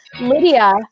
Lydia